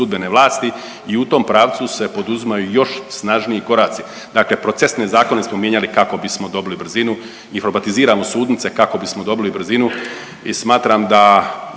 i u tom pravcu se poduzimaju još snažniji koraci. Dakle, procesne zakone smo mijenjali kako bismo dobili brzinu, informatiziramo sudnice kako bismo dobili brzinu i smatram da